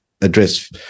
address